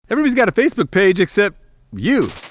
everybody's got a facebook page except you.